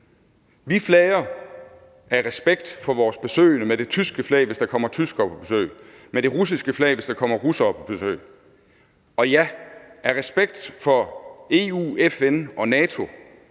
Vi flager af respekt for vores besøgende med det tyske flag, hvis der kommer tyskere på besøg, med det russiske flag, hvis der kommer russere på besøg. Og ja, af respekt for EU, FN og NATO